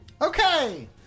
Okay